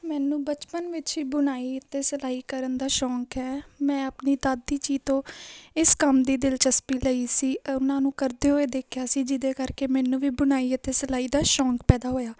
ਮੈਨੂੰ ਬਚਪਨ ਵਿੱਚ ਹੀ ਬੁਣਾਈ ਅਤੇ ਸਿਲਾਈ ਕਰਨ ਦਾ ਸ਼ੌਂਕ ਹੈ ਮੈਂ ਆਪਣੀ ਦਾਦੀ ਜੀ ਤੋਂ ਇਸ ਕੰਮ ਦੀ ਦਿਲਚਸਪੀ ਲਈ ਸੀ ਉਹਨਾਂ ਨੂੰ ਕਰਦੇ ਹੋਏ ਦੇਖਿਆ ਸੀ ਜਿਹਦੇ ਕਰਕੇ ਮੈਨੂੰ ਵੀ ਬੁਣਾਈ ਅਤੇ ਸਿਲਾਈ ਦਾ ਸ਼ੌਂਕ ਪੈਦਾ ਹੋਇਆ